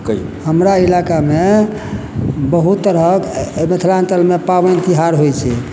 हमरा इलाकामे बहुत तरहक मिथिलाञ्चलमे पाबनि तिहार होइ छै